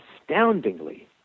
astoundingly